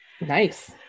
Nice